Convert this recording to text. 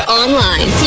online